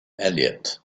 elliot